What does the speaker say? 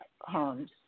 homes